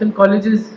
colleges